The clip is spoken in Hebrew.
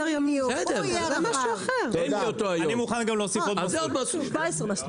אני מוכן גם להוסיף עוד מסלול.